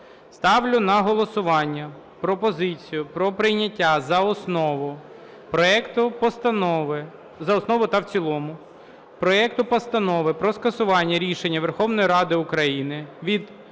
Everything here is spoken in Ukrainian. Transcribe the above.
Ставлю на голосування пропозицію про прийняття за основу та в цілому проекту Постанови про скасування рішення Верховної Рада України від